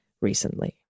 recently